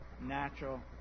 natural